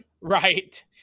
right